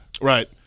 Right